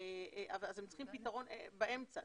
אעז הם צריכים פתרון באמצע,